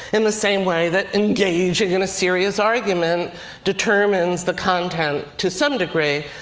in the same way that engaging in a serious argument determines the content, to some degree,